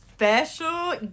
special